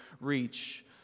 reach